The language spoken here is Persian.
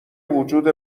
وجود